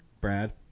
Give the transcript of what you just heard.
Brad